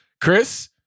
Chris